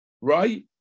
Right